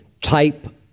type